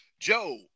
Joe